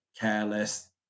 careless